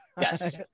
Yes